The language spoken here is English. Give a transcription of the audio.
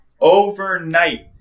Overnight